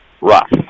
rough